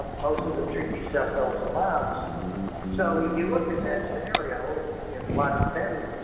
um most of the tricky stuff fell to moms so if you look at that scenario and in lots of families,